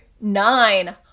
nine